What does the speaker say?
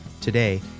Today